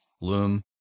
Loom